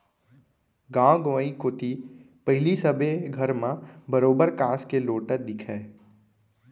गॉंव गंवई कोती पहिली सबे घर म बरोबर कांस के लोटा दिखय